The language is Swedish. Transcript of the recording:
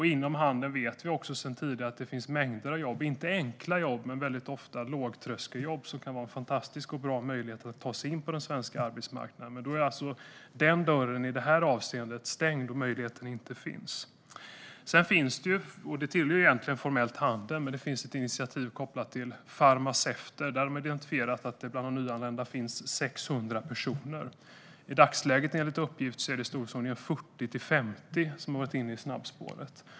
Vi vet sedan tidigare att det finns mängder av jobb inom handeln. Det är inte enkla jobb, men det är ofta lågtröskeljobb som kan innebära fantastiskt goda möjligheter att ta sig in på den svenska arbetsmarknaden. Men denna dörr är alltså i det här avseendet stängd, och möjligheten finns inte. Detta tillhör egentligen formellt handeln, och det finns ett initiativ kopplat till farmaceuter. Man har identifierat att bland de nyanlända finns 600 personer som detta gäller. I dagsläget är det enligt uppgift i storleksordningen 40-50 som har varit inne i snabbspåret.